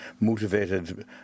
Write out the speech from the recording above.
motivated